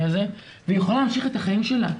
הזה והיא יכולה להמשיך את החיים שלה,